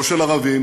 לא של ערבים,